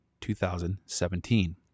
2017